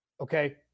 okay